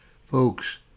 Folks